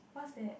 what's that